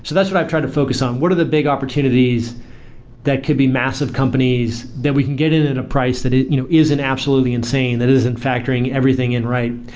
so that's what i've tried to focus on. what are the big opportunities that could be massive companies that we can get in at a price that it you know isn't absolutely insane, that isn't factoring everything in right?